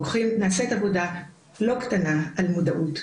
נעשית עבודה לא קטנה על מודעות.